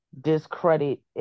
discredit